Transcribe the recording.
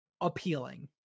appealing